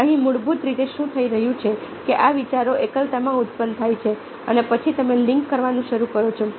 હવે અહીં મૂળભૂત રીતે શું થઈ રહ્યું છે કે આ વિચારો એકલતામાં ઉત્પન્ન થાય છે અને પછી તમે લિંક કરવાનું શરૂ કરો છો